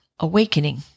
Awakening